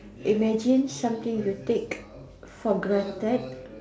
imagine something you take for granted